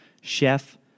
chef